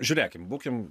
žiūrėkim būkim